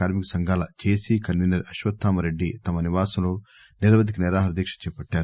కార్మి క సంఘాల జెఎసి కన్వీనర్ అశ్వర్థామరెడ్డి తమ నివాసంలో నిరవధిక నిరాహార దీక్ష చేపట్టారు